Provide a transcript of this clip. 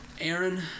Aaron